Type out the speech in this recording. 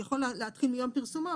הוא יכול להתחיל מיום פרסומו,